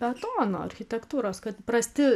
betono architektūros kad prasti